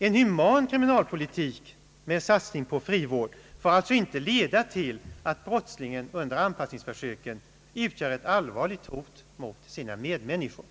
En human kriminalpolitik med en satsning på frivård får alltså inte leda till att brottslingen under anpassningsförsöken utgör ett allvarligt hot mot sina medmänniskor.